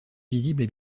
visibles